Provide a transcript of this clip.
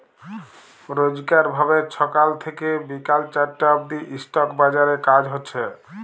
রইজকার ভাবে ছকাল থ্যাইকে বিকাল চারটা অব্দি ইস্টক বাজারে কাজ হছে